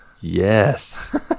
Yes